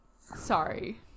sorry